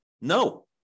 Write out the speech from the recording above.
No